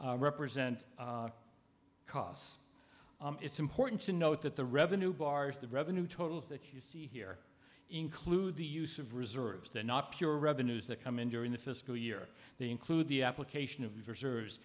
guess represent costs it's important to note that the revenue bars the revenue totals that you see here include the use of reserves they're not pure revenues that come in during the fiscal year they include the application of your serve